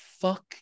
Fuck